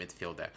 midfielder